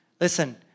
Listen